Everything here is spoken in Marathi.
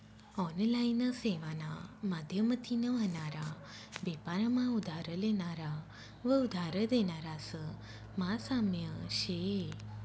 ऑनलाइन सेवाना माध्यमतीन व्हनारा बेपार मा उधार लेनारा व उधार देनारास मा साम्य शे